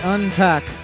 Unpack